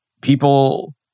People